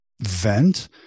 vent